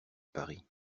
paris